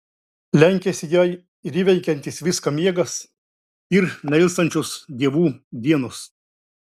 lenkiasi jai ir įveikiantis viską miegas ir neilstančios dievų dienos